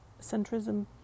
centrism